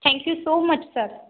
thank you so much sir